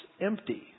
Empty